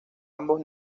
ambos